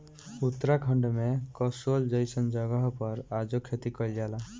उत्तराखंड में कसोल जइसन जगह पर आजो खेती कइल जाला